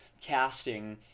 Casting